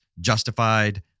justified